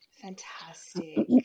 Fantastic